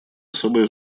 особое